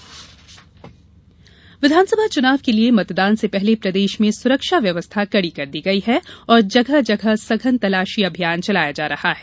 मतदान सुरक्षा विधानसभा चुनाव के लिए मतदान से पहले प्रदेश में सुरक्षा व्यवस्था कड़ी कर दी गई है और जगह जगह सघन तलाशी अभियान चलाया जा रहा है